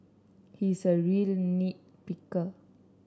he is a really nit picker